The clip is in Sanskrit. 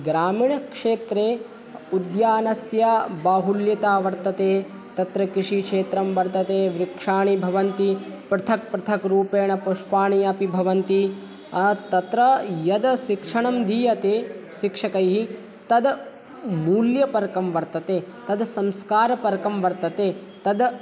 ग्रामीणक्षेत्रे उद्यानस्य बाहुल्यता वर्तते तत्र कृषिक्षेत्रं वर्तते वृक्षाणि भवन्ति पृथक् पृथक् रूपेण पुष्पाण्यपि भवन्ति तत्र यद् शिक्षणं दीयते शिक्षकैः तद् मूल्यपरकं वर्तते तद् संस्कारपरकं वर्तते तद्